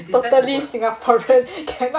totally singaporean cannot